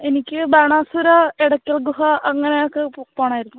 എനിക്ക് ബാണാസുര എടയ്ക്കൽ ഗുഹ അങ്ങനെയൊക്കെ പോകണമായിരുന്നു